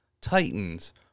Titans